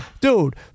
Dude